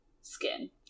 skin